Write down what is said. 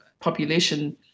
population